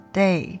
day